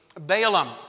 Balaam